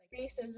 racism